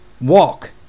walk